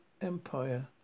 Empire